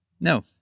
No